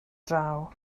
draw